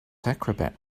acrobat